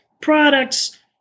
products